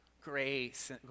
Grace